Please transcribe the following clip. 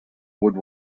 would